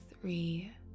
three